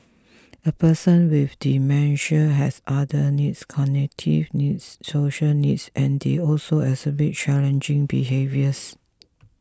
a person with dementia has other needs cognitive needs social needs and they also exhibit challenging behaviours